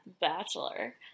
Bachelor